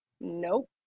nope